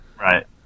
Right